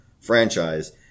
franchise